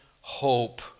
hope